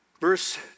Verse